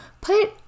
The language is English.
put